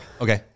Okay